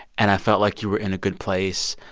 and i felt like you were in a good place.